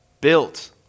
built